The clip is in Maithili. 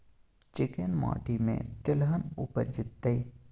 चिक्कैन माटी में तेलहन उपजतै?